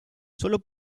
solo